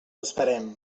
esperem